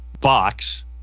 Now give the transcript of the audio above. box